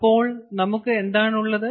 അപ്പോൾ നമുക്ക് എന്താണ് ഉള്ളത്